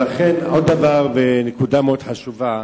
לכן, עוד דבר ונקודה מאוד חשובה: